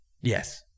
Yes